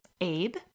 Abe